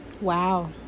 Wow